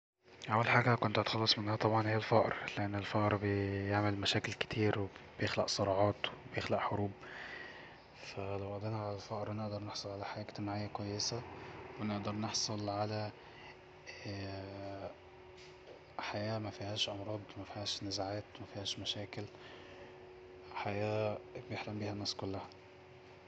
اول حاجة كنت هتخلص منها طبعا هي الفقر لأن الفقر بيعمل مشاكل كتير وبيخلق صراعات وبيخلق حروب ف لو قضينا على الفقر نقدر نحصل على حياة اجتماعية كويسة ونقدر نحصل على حياة مفيهاش امراض مفيهاش نزاعات مفيهاش مشاكل حياة بيحلم بيها الناس كلها